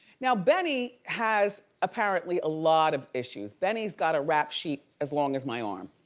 now benny has apparently a lot of issues. benny's got a rap sheet as long as my um